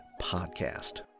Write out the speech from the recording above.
podcast